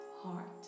heart